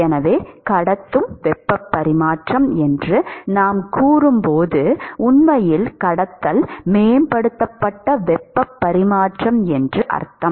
எனவே கடத்தும் வெப்பப் பரிமாற்றம் என்று நாம் கூறும்போது உண்மையில் கடத்தல் மேம்படுத்தப்பட்ட வெப்பப் பரிமாற்றம் என்று அர்த்தம்